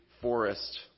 forest